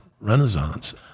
Renaissance